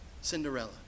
Cinderella